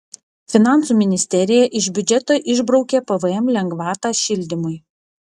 finansų ministerija iš biudžeto išbraukė pvm lengvatą šildymui